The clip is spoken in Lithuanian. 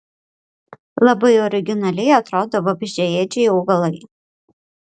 labai originaliai atrodo vabzdžiaėdžiai augalai